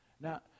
Now